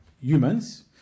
humans